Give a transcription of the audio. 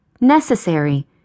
necessary